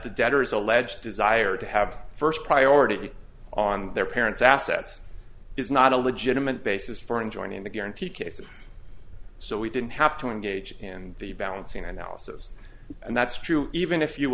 the debtors alleged desire to have first priority on their parents assets is not a legitimate basis for in joining the guarantee cases so we didn't have to engage in the balancing analysis and that's true even if you